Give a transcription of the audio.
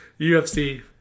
ufc